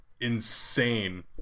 insane